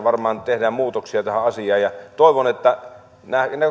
varmaan tehdään muutoksia tähän asiaan ja toivon että